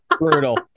brutal